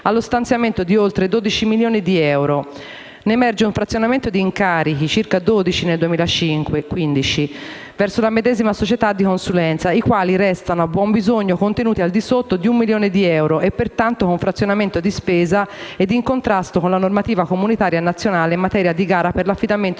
allo stanziamento di oltre 12 milioni di euro. Ne emerge un frazionamento di incarichi (circa 12 nel 2015), verso la medesima società di consulenza, i quali restano, a buon bisogno, contenuti al di sotto di un milione di euro e, pertanto, con frazionamento di spesa ed in contrasto con la normativa comunitaria e nazionale in materia di gara per l'affidamento